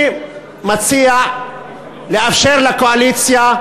אני מציע לאפשר לקואליציה,